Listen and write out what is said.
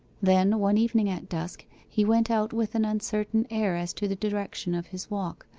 then, one evening at dusk, he went out with an uncertain air as to the direction of his walk,